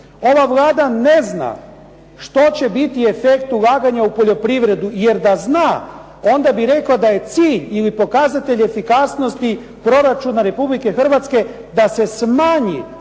Ova Vlada ne zna što će biti efekt ulaganja u poljoprivredu jer da zna onda bi rekao da je cilj ili pokazatelj efikasnosti proračuna Republike Hrvatske da se smanji